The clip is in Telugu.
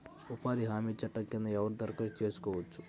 ఉపాధి హామీ చట్టం కింద ఎవరు దరఖాస్తు చేసుకోవచ్చు?